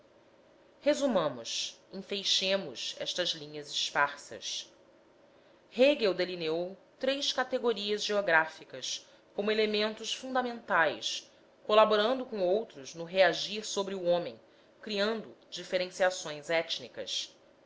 citou resumamos enfeixemos estas linhas esparsas hegel delineou três categorias geográficas como elementos fundamentais colaborando com outros no reagir sobre o homem criando diferenciações étnicas